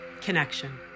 Connection